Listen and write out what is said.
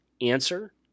answer